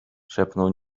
szepnął